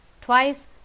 Twice